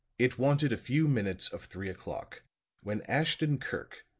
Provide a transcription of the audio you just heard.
it wanted a few minutes of three o'clock when ashton-kirk,